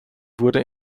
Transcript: wurde